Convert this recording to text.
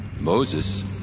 Moses